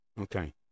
Okay